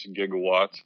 gigawatts